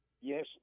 yes